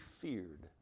feared